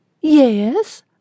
Yes